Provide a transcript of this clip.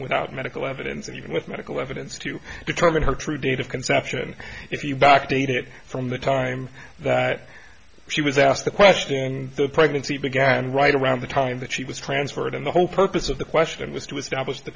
without medical evidence and even with medical evidence to determine her true date of conception if you back dated it from the time that she was asked the question and the pregnancy began right around the time that she was transferred and the whole purpose of the question was to est